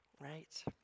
right